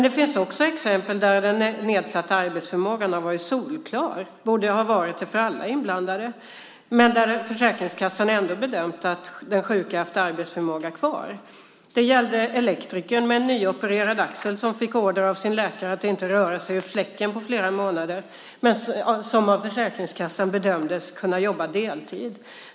Det finns också exempel där den nedsatta arbetsförmågan har varit solklar, borde ha varit det för alla inblandade, men där Försäkringskassan ändå har bedömt att den sjuka har haft arbetsförmåga kvar. Det gällde elektrikern med en nyopererad axel som fick order av sin läkare att inte röra sig ur fläcken på flera månader men som av Försäkringskassan bedömdes kunna jobba deltid.